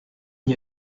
n’y